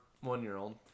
one-year-old